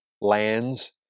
lands